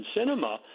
cinema